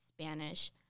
Spanish